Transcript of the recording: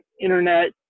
internet